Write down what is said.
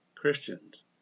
Christians